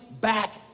back